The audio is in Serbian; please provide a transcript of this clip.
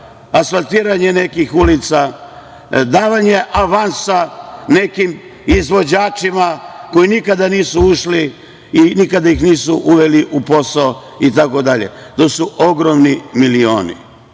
asfaltiranje nekih ulica, davanje avansa nekim izvođačima koji nikada nisu ušli i nikada ih nisu uveli u posao, itd. To su ogromni milioni.